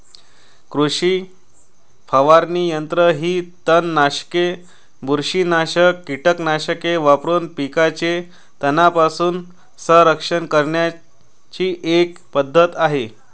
कृषी फवारणी यंत्र ही तणनाशके, बुरशीनाशक कीटकनाशके वापरून पिकांचे तणांपासून संरक्षण करण्याची एक पद्धत आहे